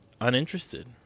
uninterested